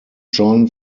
john